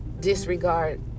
disregard